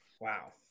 Wow